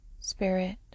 Spirit